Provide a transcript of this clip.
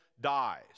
dies